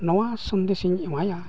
ᱱᱚᱣᱟ ᱥᱚᱱᱫᱮᱥᱤᱧ ᱮᱢᱟᱭᱟ